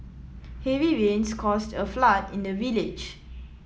heavy rains caused a flood in the village